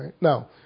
Now